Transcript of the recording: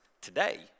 today